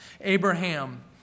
Abraham